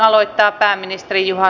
arvoisa rouva puhemies